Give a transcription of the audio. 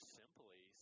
simply